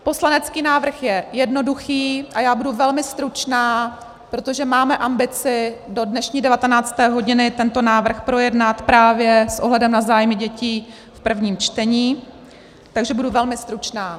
Poslanecký návrh je jednoduchý a já budu velmi stručná, protože máme ambici do dnešní devatenácté hodiny tento návrh projednat právě s ohledem na zájmy dětí v prvním čtení, takže budu velmi stručná.